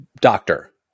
Doctor